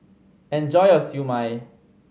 enjoy your Siew Mai